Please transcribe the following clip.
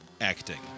acting